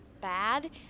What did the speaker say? bad